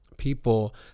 people